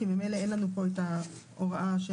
כי ממילא אין לנו פה את ההוראה של